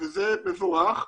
וזה מבורך.